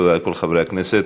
תודה לכל חברי הכנסת.